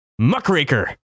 Muckraker